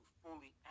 fully